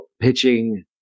pitching